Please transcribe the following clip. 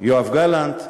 יואב גלנט,